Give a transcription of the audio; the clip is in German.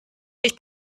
ich